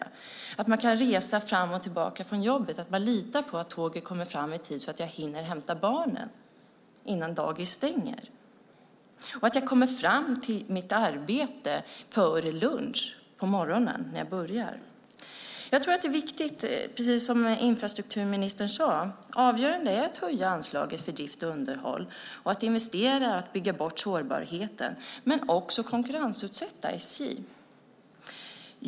Det handlar om att man kan resa fram och tillbaka till jobbet och att man kan lita på att tåget kommer fram i tid, så att man hinner hämta barnen innan dagis stänger och att man kommer fram till sitt arbete på morgonen när man börjar. Precis som infrastrukturministern sade tror jag att det är avgörande att höja anslaget för drift och underhåll och att investera och bygga bort sårbarheten men också att konkurrensutsätta SJ.